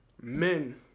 men